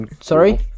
Sorry